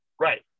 Right